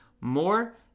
more